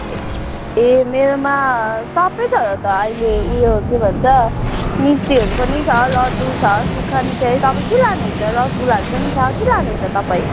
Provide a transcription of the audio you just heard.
ए मेरोमा सबै छ त अहिले उयो के भन्छ मिस्टीहरू पनि छ लड्डु छ सुक्खा मिठाई तपाईँ के लानुहुन्छ रसगुल्लाहरू पनि छ के लानुहुन्छ तपाईँ